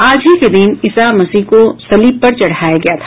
आज ही के दिन ईसा मसीह को सलीब पर चढ़ाया गया था